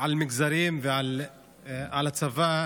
על מגזרים ועל הצבא,